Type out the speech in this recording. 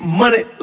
money